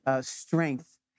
strength